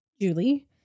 Julie